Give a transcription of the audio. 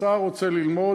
השר רוצה ללמוד,